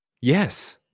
Yes